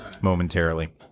momentarily